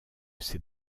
ces